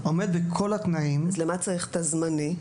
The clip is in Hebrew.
בכל התנאים --- אז למה צריך את הזמני?